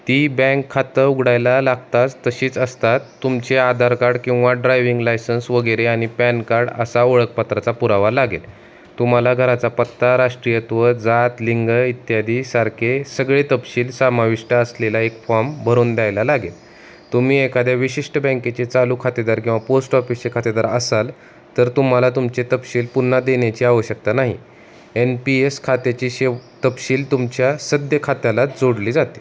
ती बँक खातं उघडायला लागताच तशीच असतात तुमचे आधार कार्ड किंवा ड्रायविंग लायसन्स वगैरे आणि पॅन कार्ड असा ओळखपत्राचा पुरावा लागेल तुम्हाला घराचा पत्ता राष्ट्रीयत्व जात लिंग इत्यादी सारखे सगळे तपशील समाविष्ट असलेला एक फॉम भरून द्यायला लागेल तुम्ही एखाद्या विशिष्ट बँकेचे चालू खातेदार किंवा पोस्ट ऑफिसचे खातेदार असाल तर तुम्हाला तुमचे तपशील पुन्हा देण्याची आवश्यकता नाही एन पी एस खात्याची शेव तपशील तुमच्या सद्य खात्याला जोडली जाते